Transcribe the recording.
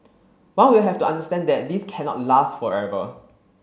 one will have to understand that this cannot last forever